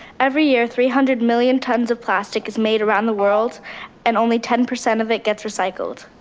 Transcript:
every year three hundred million tons of plastic is made around the world and only ten percent of it gets recycled.